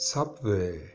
Subway